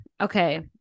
okay